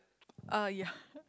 ah ya